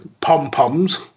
pom-poms